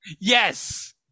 Yes